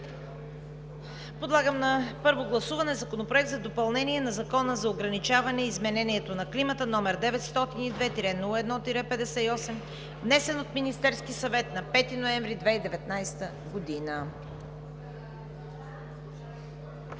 Подлагам на първо гласуване Законопроект за допълнение на Закона за ограничаване изменението на климата, № 902-01-58, внесен от Министерския съвет на 5 ноември 2019 г.